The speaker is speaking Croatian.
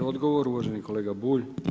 Odgovor uvaženi kolega Bulj.